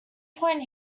point